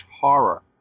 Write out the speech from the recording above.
horror